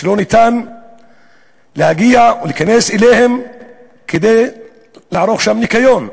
שלא ניתן להגיע או להיכנס אליהם כדי לערוך שם ניקיון.